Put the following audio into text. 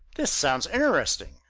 this sounds interesting!